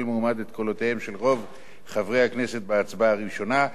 מועמד את קולותיהם של רוב חברי הכנסת בהצבעה ראשונה,